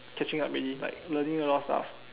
catching up already like learning a lot of stuff